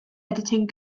editing